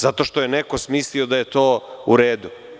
Zato što je neko smislio da je to uredu.